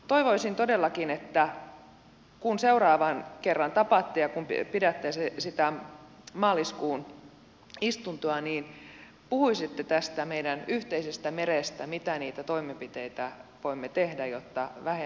toivoisin todellakin että kun seuraavan kerran tapaatte ja pidätte sitä maaliskuun istuntoa niin puhuisitte tästä meidän yhteisestä merestä mitä toimenpiteitä voimme tehdä jotta vähennämme valumia